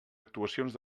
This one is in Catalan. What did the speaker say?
actuacions